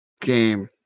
game